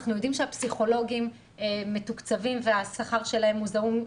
אנחנו יודעים שהפסיכולוגים מתוקצבים והשכר שלהם זעום,